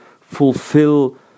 fulfill